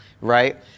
right